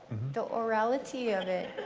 the orality of it?